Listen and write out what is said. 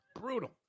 brutal